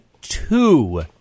two